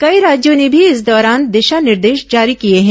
कई राज्यों ने भी इस दौरान दिशा निर्देश जारी किए हैं